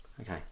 Okay